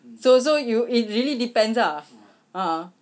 so so you it really depends uh ah